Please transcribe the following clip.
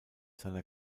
seiner